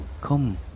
come